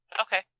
Okay